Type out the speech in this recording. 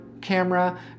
camera